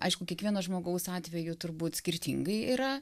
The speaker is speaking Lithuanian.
aišku kiekvieno žmogaus atveju turbūt skirtingai yra